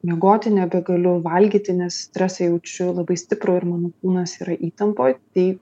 miegoti nebegaliu valgyti nes stresą jaučiu labai stiprų ir mano kūnas yra įtampoj tai